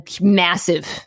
massive